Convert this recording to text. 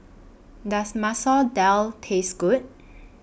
Does Masoor Dal Taste Good